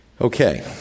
Okay